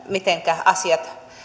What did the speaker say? mitenkä asiat